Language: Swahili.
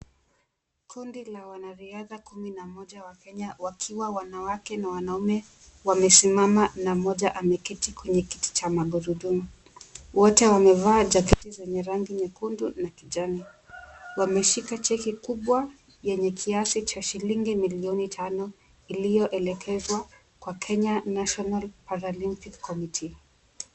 Kundi la wanariadha kumi na moja wa Kenya wakiwa ni wanawake na wanaume amesimama na mmoja ameketi kwenye kiti cha magurudumu. Wote wamevaa jaketi zenye rangi nyekundu na kijani wameshika cheki kubwa yenye kiasi cha shilingi milioni tano iliyoelekezwa kwa Kenya National Paralympic committee .